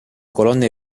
colonne